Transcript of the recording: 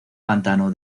pantano